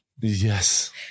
Yes